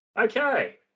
Okay